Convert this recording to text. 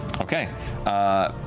Okay